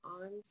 on